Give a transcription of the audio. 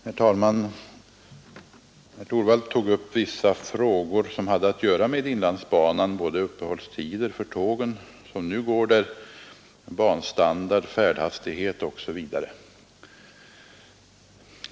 Herr talman! Herr Torwald tog upp vissa frågor som hade att göra med inlandsbanan — uppehållstider för de tåg som för närvarande går där, banstandard, färdhastighet osv.